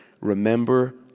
remember